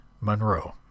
Monroe